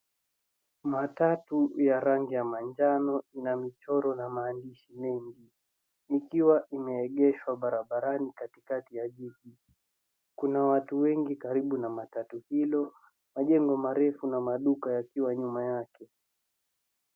Matatu ya rangi ya manjano ina michoro na maandishi mengi, ikiwa imeegeshwa barabarani katikati ya jiji. Kuna watu wengi karibu na matatu hilo, majengo marefu na maduka yakiwa nyuma yake.